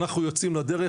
ואנחנו יוצאים לדרך,